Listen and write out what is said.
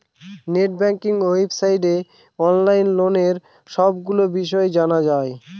net banking ওয়েবসাইটে online লোনের সবগুলো বিষয় জানা যায়